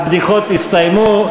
הבדיחות הסתיימו,